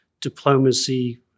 diplomacy